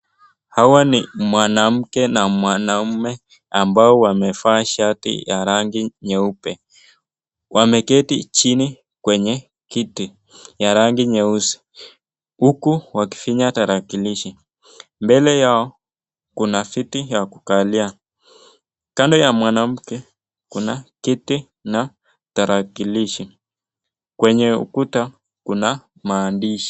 Hawa ni mwanamke na mwanaume ambao wamevaa shati ya rangi nyeupe wameketi chini kwenye kiti ya rangi nyeusi huku wakifinya tarakilishi. Mbele yao kuna viti ya kukalia. Kando ya mwanamke kuna kiti na tarakilishi kwenye ukuta kuna maandishi.